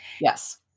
Yes